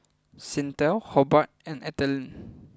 Cyntha Hobart and Ethyle